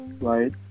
right